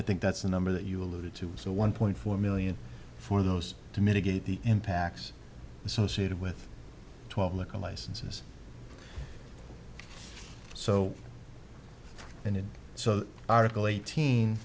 that's the number that you alluded to so one point four million for those to mitigate the impacts associated with twelve liquor licenses so and so article eighteen